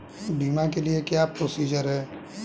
बीमा के लिए क्या क्या प्रोसीजर है?